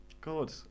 God